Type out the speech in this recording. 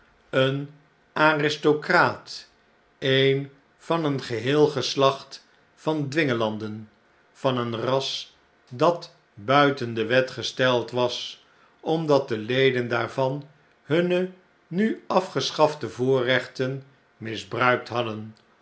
vjjf aristocraat een van een geheel geslacht van dwingelanden van een ras dat buiten de wet gesteld was omdat de leden daarvan hunne nu afgeschafte voorrechten misbruikt hadden